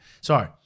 sorry